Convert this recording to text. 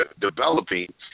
developing